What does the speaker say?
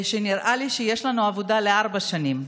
שנראה לי שיש לנו עבודה לארבע שנים,